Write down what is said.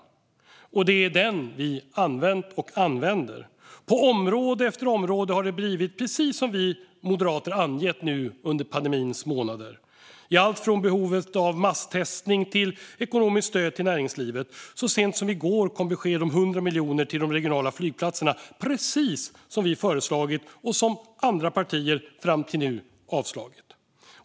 Det är den vi använt och använder. På område efter område har det blivit precis som vi moderater angett nu under pandemins månader i allt från behovet av masstestning till ekonomiskt stöd till näringslivet. Så sent som i går kom besked om 100 miljoner till de regionala flygplatserna, precis som vi föreslagit och som andra partier fram till nu avstyrkt.